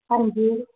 ਹਾਂਜੀ